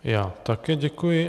Já také děkuji.